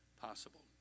possible